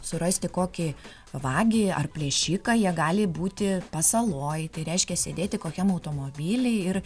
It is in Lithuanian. surasti kokį vagį ar plėšiką jie gali būti pasaloj tai reiškia sėdėti kokiam automobily ir